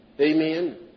Amen